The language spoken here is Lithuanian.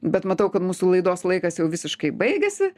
bet matau kad mūsų laidos laikas jau visiškai baigėsi